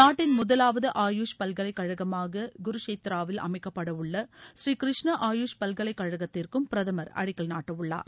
நாட்டின் முதலாவது ஆயூஷ் பல்கலைக்கழகமாக குருக்ஷேத்ராவில் அமைக்கப்படவுள்ள புரீகிருஷ்ணா ஆயூஷ் பல்கலைக்கழகத்திற்கும் பிரதமர் அடிக்கல் நாட்டவுள்ளார்